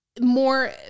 more